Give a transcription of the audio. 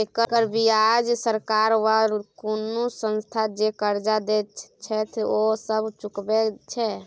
एकर बियाज सरकार वा कुनु संस्था जे कर्जा देत छैथ ओ सब चुकाबे छै